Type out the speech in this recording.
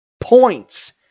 points